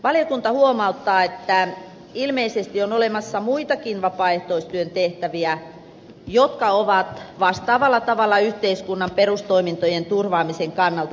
valiokunta huomauttaa että ilmeisesti on olemassa muitakin vapaaehtoistyön tehtäviä jotka ovat vastaavalla tavalla yhteiskunnan perustoimintojen turvaamisen kannalta tärkeitä